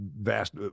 vast